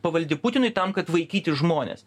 pavaldi putinui tam kad vaikyti žmones